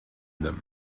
them